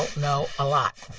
no, a lot.